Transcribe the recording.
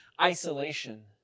isolation